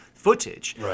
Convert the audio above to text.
Footage